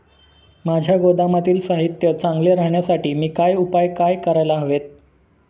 माझ्या गोदामातील साहित्य चांगले राहण्यासाठी मी काय उपाय काय करायला हवेत?